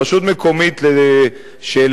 רשות מקומית ש,